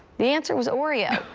the answer was oreo.